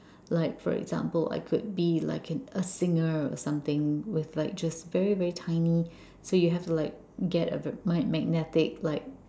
like for example I could be like an a singer or something with like just very very tiny so you have to like get a magnetic like